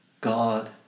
God